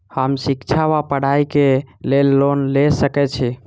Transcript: हम शिक्षा वा पढ़ाई केँ लेल लोन लऽ सकै छी?